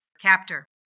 captor